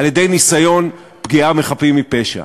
על-ידי ניסיון פגיעה בחפים מפשע.